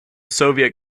soviet